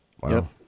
Wow